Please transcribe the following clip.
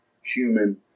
human